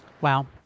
Wow